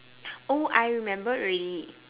oh I remember already